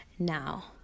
now